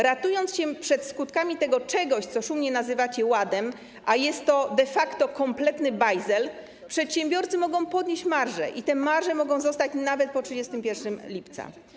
Ratując się przed skutkami tego czegoś, co szumnie nazywacie ładem, a co jest de facto kompletnym bajzlem, przedsiębiorcy mogą podnieść marże i te marże mogą zostać nawet po 31 lipca.